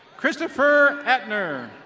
christopher hepner.